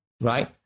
Right